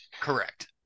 correct